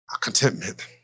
contentment